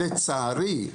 לצערי,